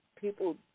people